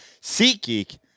SeatGeek